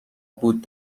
بود